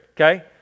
okay